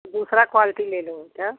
दूसरी क्वालटी ले लो क्या